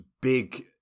big